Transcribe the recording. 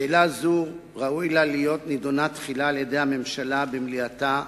שאלה זו ראוי לה להיות נדונה תחילה על-ידי הממשלה במליאתה,